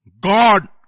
God